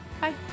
Bye